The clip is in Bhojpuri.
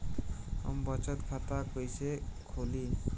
हम बचत खाता कइसे खोलीं?